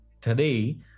Today